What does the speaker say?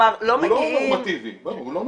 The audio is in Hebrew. כלומר, לא מגיעים -- הוא לא נורמטיבי, ברור.